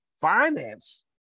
finance